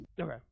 Okay